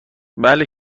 بله